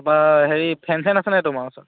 তাৰপৰা হেৰি ফেন চেন আছে নে নাই তোমাৰ ওচৰত